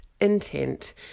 intent